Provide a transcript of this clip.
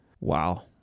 Wow